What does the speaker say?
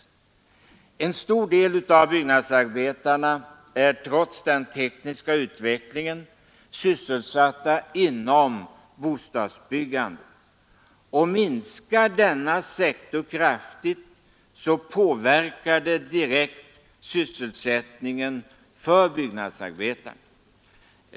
En stor del av byggnadsarbetarna är trots den tekniska utvecklingen sysselsatta inom bostadsbyggandet. Minskar denna sektor kraftigt, påverkar det direkt sysselsättningen för byggnadsarbetarna.